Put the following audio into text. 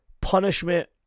punishment